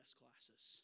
classes